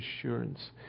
assurance